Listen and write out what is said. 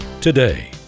today